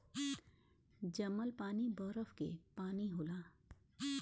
जमल पानी बरफ के पानी होला